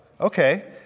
okay